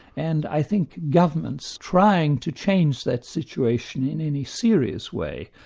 and i think governments trying to change that situation in in a serious way,